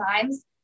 times